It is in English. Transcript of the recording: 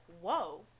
whoa